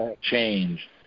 change